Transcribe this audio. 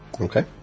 Okay